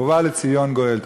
ובא לציון גואל.